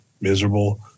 miserable